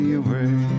away